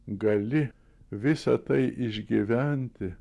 gali visa tai išgyventi